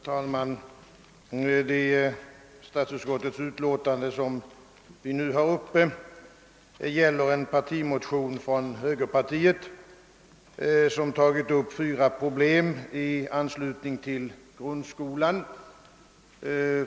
Herr talman! Statsutskottets utlåtande nr 161 som nu behandlas gäller en partimotion, vari vi på högerhåll tagit upp fyra problem i anslutning till grundskolan.